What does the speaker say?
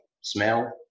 smell